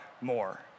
more